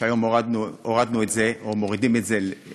שהיום מורידים את זה לאפס.